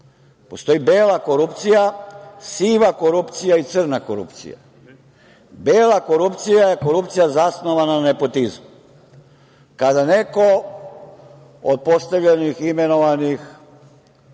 Postoji bela korupcija, siva korupcija i crna korupcija. Bela korupcija je korupcija zasnovana na nepotizmu. Kada neko od postavljenih, imenovanih,